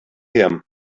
him